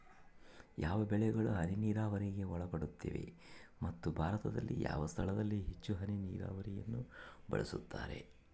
ಯಾವ ಬೆಳೆಗಳು ಹನಿ ನೇರಾವರಿಗೆ ಒಳಪಡುತ್ತವೆ ಮತ್ತು ಭಾರತದಲ್ಲಿ ಯಾವ ಸ್ಥಳದಲ್ಲಿ ಹೆಚ್ಚು ಹನಿ ನೇರಾವರಿಯನ್ನು ಬಳಸುತ್ತಾರೆ?